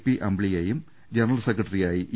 P അമ്പിളിയെയും general സെക്രട്ടറിയായി E